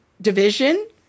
division